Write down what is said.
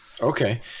Okay